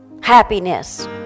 happiness